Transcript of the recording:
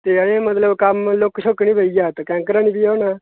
ते अजें मतलब कम्म लुक्क शुह्क्क निं पेई ऐ उत्थै कैंकरा निं पेआ होना